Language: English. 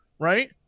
right